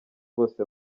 bose